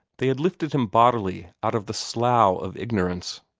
they had lifted him bodily out of the slough of ignorance,